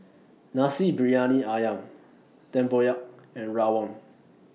Nasi Briyani Ayam Tempoyak and Rawon